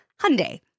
Hyundai